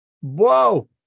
whoa